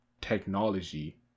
technology